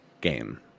game